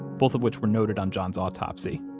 both of which were noted on john's autopsy.